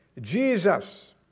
Jesus